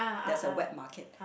there's a wet market